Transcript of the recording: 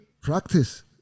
practice